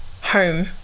home